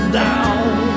down